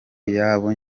yabo